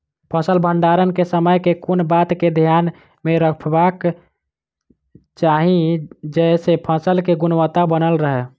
फसल भण्डारण केँ समय केँ कुन बात कऽ ध्यान मे रखबाक चाहि जयसँ फसल केँ गुणवता बनल रहै?